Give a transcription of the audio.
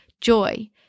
joy